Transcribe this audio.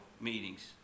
meetings